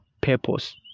purpose